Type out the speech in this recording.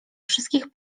wszystkich